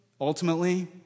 ultimately